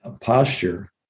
posture